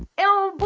el